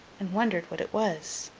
and wondered what it was.